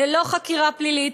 ללא חקירה פלילית,